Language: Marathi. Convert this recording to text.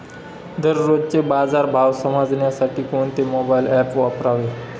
दररोजचे बाजार भाव समजण्यासाठी कोणते मोबाईल ॲप वापरावे?